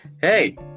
Hey